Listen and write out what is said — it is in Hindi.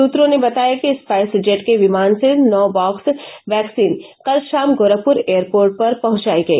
सूत्रों ने बताया कि स्पाइट जेट के विमान से नौ बाक्स वैक्सीन कल शाम गोरखपुर एयरपोर्ट पर पहुंचायी गई